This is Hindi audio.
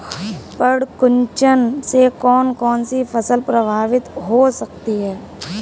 पर्ण कुंचन से कौन कौन सी फसल प्रभावित हो सकती है?